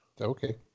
okay